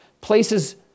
places